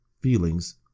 feelings